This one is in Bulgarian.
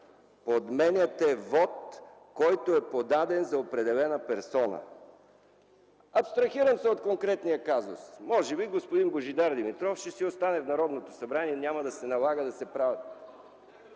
Подменяте вот, който е подаден за определена персона. Абстрахирам се от конкретния казус. Може би господин Божидар Димитров ще си остане в Народното събрание и няма да се налага да се правят